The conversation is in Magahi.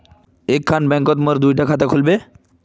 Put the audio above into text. एक खान बैंकोत मोर दुई डा खाता खुल बे?